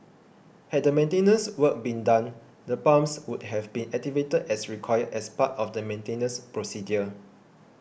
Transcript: had the maintenance work been done the pumps would have been activated as required as part of the maintenance procedure